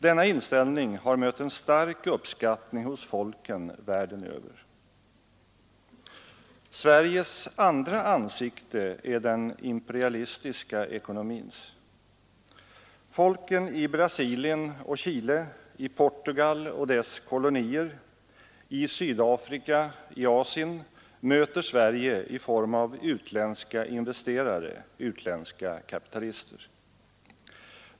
Denna inställning har mött en stark uppskattning hos folken världen över. Sveriges andra ansikte är den imperialistiska ekonomins. Folken i Brasilien och Chile, Portugal och dess kolonier, i Sydafrika, i Asien möter Sverige i form av utländska investerare, utländska kapitalister.